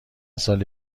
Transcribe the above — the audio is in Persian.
سال